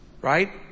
right